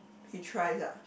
he tries ah